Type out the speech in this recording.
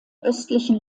östlichen